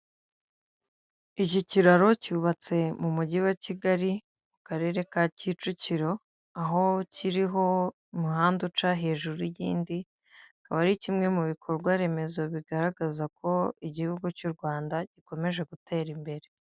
Iki kiraro cy'ubatswe mu mugi wa Kigali mu karere ka Kicukiro, aho kiriho umuhanda uca hejuru y'indi, akaba ari kimwe mu bikorwa remezo bigaragaza ko igihugu cy'u Rwanda gikomeje gutera imbere.